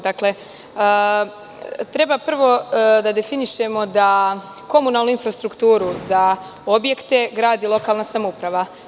Dakle, treba prvo da definišemo da komunalnu infrastrukturu za objekte gradi lokalna samouprava.